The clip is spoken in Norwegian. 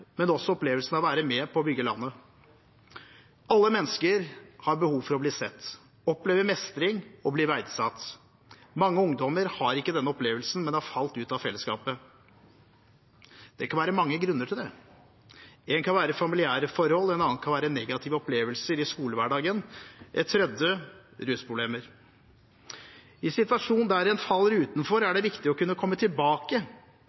men også opplevelsen av å være med på å bygge landet. Alle mennesker har behov for å bli sett, oppleve mestring og bli verdsatt. Mange ungdommer har ikke denne opplevelsen, men har falt ut av fellesskapet. Det kan være mange grunner til det – én kan være familiære forhold, en annen kan være negative opplevelser i skolehverdagen, en tredje kan være rusproblemer. I situasjoner der en faller utenfor, er det viktig å kunne komme tilbake.